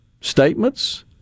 statements